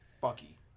Bucky